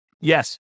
Yes